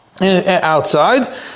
outside